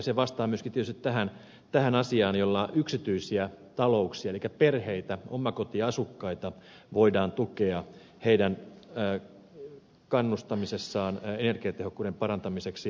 se vastaa myöskin tietysti tähän asiaan jolla yksityisiä talouksia elikkä perheitä ja omakotiasukkaita voidaan tukea heidän kannustamisessaan energiatehokkuuden parantamiseksi